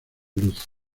luz